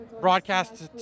broadcast